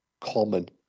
common